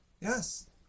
Yes